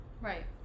Right